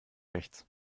rechts